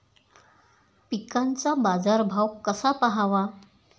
पिकांचा बाजार भाव कसा पहावा?